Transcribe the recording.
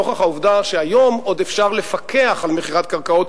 נוכח העובדה שהיום עוד אפשר לפקח על מכירת קרקעות,